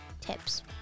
tips